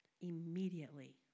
immediately